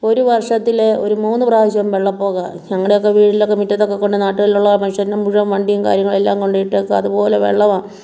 ഒരു വർഷത്തിൽ ഒരു മൂന്ന് പ്രാവശ്യം വെള്ളപ്പൊക്കമാണ് ഞങ്ങടെയൊക്കെ വീട്ടിലൊക്കെ മുറ്റത്തൊക്കെ കൊണ്ട് നാട്ടിലുള്ള മനുഷ്യരുടെ മുഴുവൻ വണ്ടിയും കാര്യങ്ങളും എല്ലാം കൊണ്ടയിട്ടേക്കുവാണ് അതുപോലെ വെള്ളമാണ്